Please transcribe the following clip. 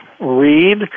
read